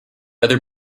other